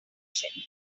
station